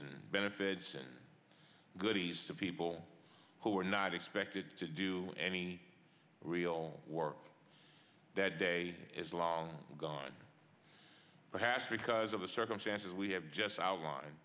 and benefits and goodies to people who are not expected to do any real work that day is long gone perhaps because of the circumstances we have just outline